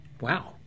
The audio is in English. Wow